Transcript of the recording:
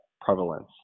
prevalence